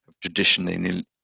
traditionally